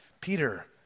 Peter